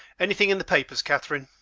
anything in the papers, catherine?